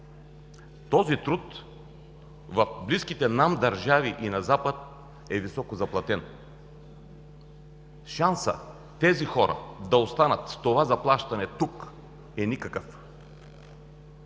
Този труд в близките нам държави и на запад е високо заплатен. Шансът тези хора да останат с това заплащане тук е никакъв.